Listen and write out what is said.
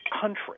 Country